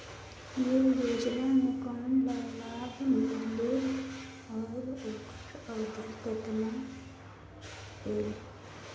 ये योजना मे कोन ला लाभ मिलेल और ओकर अवधी कतना होएल